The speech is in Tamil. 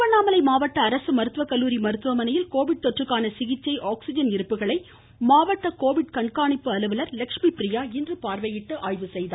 திருவண்ணாமலை மாவட்ட அரசு மருத்துவக் கல்லூரி மருத்துவமனையில் கோவிட் தொற்றுக்கான சிகிச்சை மாவட்ட கோவிட் கண்காணிப்பு அலுவலர் லெஷ்மி ப்ரியா இன்று பார்வையிட்டு ஆய்வு செய்தார்